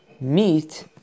meat